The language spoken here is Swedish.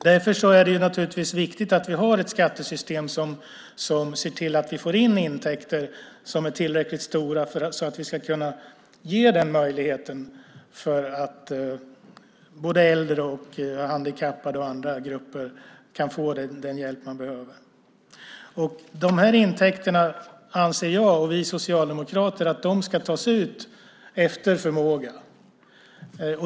Därför är det naturligtvis viktigt att vi har ett skattesystem som ser till att vi får in intäkter som är tillräckligt stora, så att vi ska kunna ge den möjligheten, så att äldre, handikappade och andra grupper kan få den hjälp de behöver. De här intäkterna anser jag och vi socialdemokrater ska tas ut efter förmåga.